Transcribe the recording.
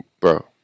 Bro